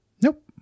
nope